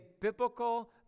biblical